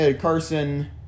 Carson